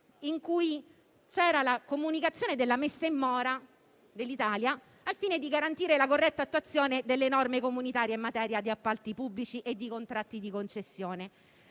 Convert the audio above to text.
in cui c'era la comunicazione della messa in mora dell'Italia al fine di garantire la corretta attuazione delle norme comunitarie in materia di appalti pubblici e di contratti di concessione.